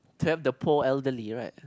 tap the poor elderly right